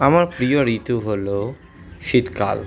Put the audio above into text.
আমার প্রিয় ঋতু হলো শীতকাল